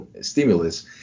stimulus